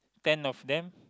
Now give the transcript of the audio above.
ten of them